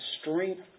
strength